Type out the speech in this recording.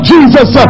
Jesus